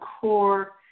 core